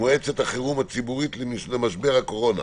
ממועצת החירום הציבורית למשבר הקורונה,